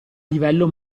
livello